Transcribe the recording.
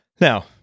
Now